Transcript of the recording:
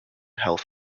health